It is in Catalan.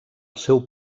seu